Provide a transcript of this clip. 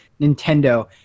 Nintendo